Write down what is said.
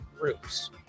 groups